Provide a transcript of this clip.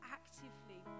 actively